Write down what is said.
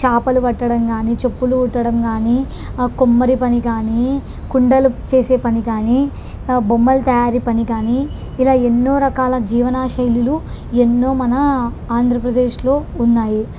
చేపలు పట్టడం కానీ చెప్పులు కుట్టడం కానీ కుమ్మరి పని కానీ కుండలు చేసే పని కానీ ఆ బొమ్మలు తయారీ పని కానీ ఇలా ఎన్నో రకాల జీవన శైలిలు ఎన్నో మన ఆంధ్రప్రదేశ్లో ఉన్నాయి